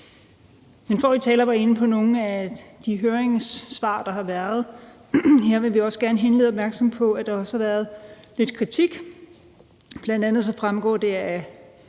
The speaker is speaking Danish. Den forrige taler var inde på nogle af de høringssvar, der har været. Her vil vi også gerne henlede opmærksomheden på, at der også har været lidt kritik. Bl.a. fremgår det, at